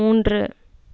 மூன்று